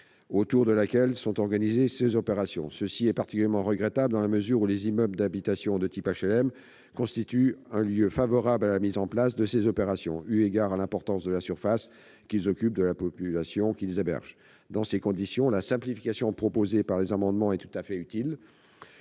autour de laquelle sont organisées ces opérations. C'est particulièrement regrettable, dans la mesure où les immeubles d'habitation de type HLM constituent un lieu favorable à la mise en place de ces opérations, eu égard à l'importance de la surface qu'ils occupent et de la population qu'ils hébergent. Dans ces conditions, la simplification proposée par les auteurs des amendements identiques est tout à fait utile.